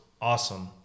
awesome